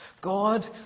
God